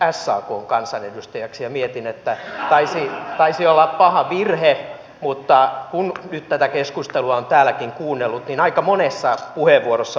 tämä takaisi työrauhan sekä virkamiehille että niille tuhansille keikkatyöläisille jotka eivät tietämättä tai tuntematta ohjeistusta muuten uskalla ottaa työtehtäviä vastaan epäselvässä tilanteessa vuodenvaihteen jälkeen